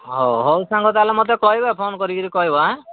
ହଉ ହଉ ସାଙ୍ଗ ତା'ହେଲେ ମୋତେ କହିବ ଫୋନ୍ କରିକିରି କହିବ ଆଁ